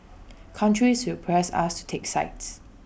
countries will press us to take sides